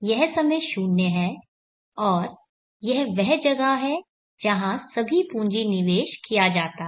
यह समय शून्य है और यह वह जगह है जहां सभी पूंजी निवेश किया जाता है